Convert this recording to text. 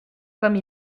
comme